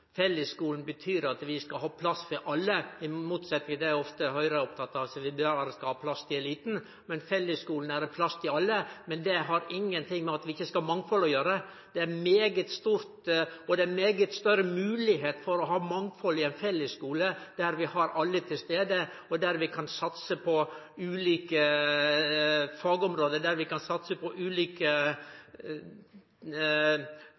betyr at vi skal ha plass til alle, i motsetnad til det Høgre ofte er oppteken av, at ein berre skal ha plass til eliten. I fellesskulen er det plass til alle, men det har ingenting med at vi ikkje skal ha mangfald å gjere. Det er mykje større moglegheiter for å ha mangfald i ein fellesskule, der vi har alle til stades, der vi kan satse på ulike fagområde, og der vi kan satse på ulike